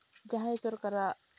ᱡᱟᱦᱟᱸᱭ ᱥᱚᱨᱠᱟᱨᱟᱜ